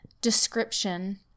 description